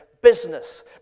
business